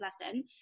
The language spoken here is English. lesson